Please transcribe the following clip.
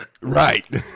Right